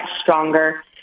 stronger